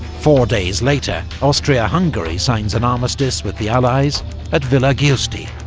four days later, austria-hungary signs an armistice with the allies at villa giusti.